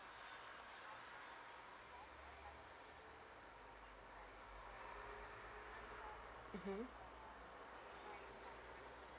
mmhmm